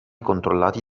controllati